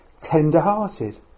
tender-hearted